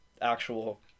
actual